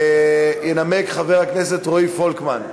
ינמק חבר הכנסת רועי פולקמן.